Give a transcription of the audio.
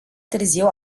târziu